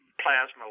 Plasma